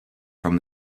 from